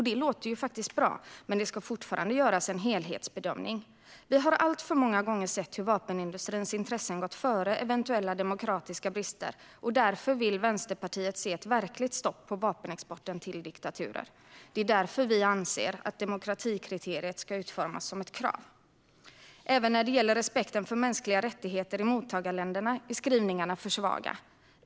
Detta låter ju bra, men det ska fortfarande göras en helhetsbedömning. Vi har alltför många gånger sett hur vapenindustrins intressen gått före eventuella demokratiska brister. Därför vill Vänsterpartiet se ett verkligt stopp för vapenexporten till diktaturer. Det är därför vi anser att demokratikriteriet ska utformas som ett krav. Även när det gäller respekten för mänskliga rättigheter i mottagarländerna är skrivningarna för svaga.